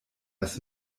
das